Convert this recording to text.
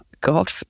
God